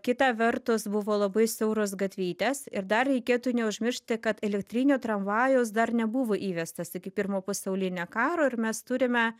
kita vertus buvo labai siauros gatvytės ir dar reikėtų neužmiršti kad elektrinio tramvajaus dar nebuvo įvestas iki pirmo pasaulinio karo ir mes turime